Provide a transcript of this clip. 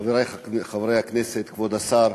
חברי חברי הכנסת, כבוד השר,